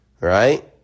Right